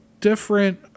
different